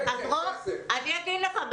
אני אגיד לך.